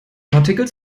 partikel